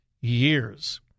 years